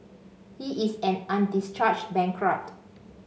he is an undischarged bankrupt